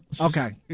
Okay